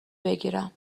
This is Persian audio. بگیرم